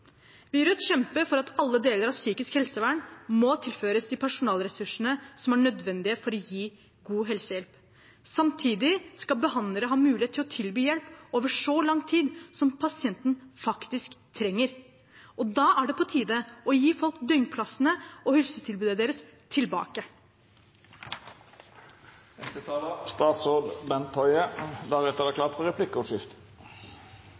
Vi i Rødt kjemper for at alle deler av psykisk helsevern må tilføres de personalressursene som er nødvendige for å gi god helsehjelp. Samtidig skal behandlere ha mulighet til å tilby hjelp over så lang tid som pasienten faktisk trenger. Da er det på tide å gi folk døgnplassene og helsetilbudet deres tilbake.